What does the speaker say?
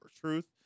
truth